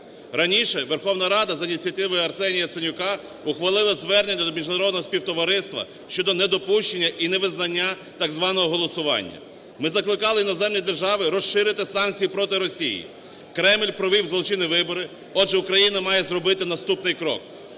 Раніше Верховна Рада за ініціативи Арсенія Яценюка ухвалила звернення до міжнародного співтовариства щодо недопущення і невизнання так званого голосування. Ми закликали іноземні держави розширити санкції проти Росії. Кремль провів злочинні вибори, отже, Україна має зробити наступний крок.